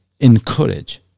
encourage